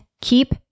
keep